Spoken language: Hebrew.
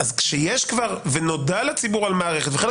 כשיש כבר ונודע לציבור על מערכת וחלק